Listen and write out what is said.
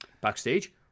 Backstage